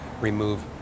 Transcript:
remove